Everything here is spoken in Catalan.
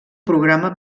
programa